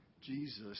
Jesus